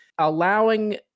allowing